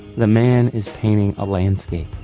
the man is painting a landscape.